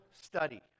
study